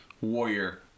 Warrior